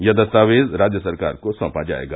यह दस्तावेज राज्य सरकार को सौंपा जायेगा